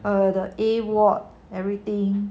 err the a ward everything